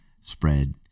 spread